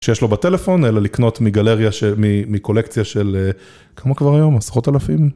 שיש לו בטלפון, אלא לקנות מגלריה, מקולקציה של כמה כבר היום? עשרות אלפים?